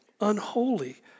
unholy